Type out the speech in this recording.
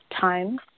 time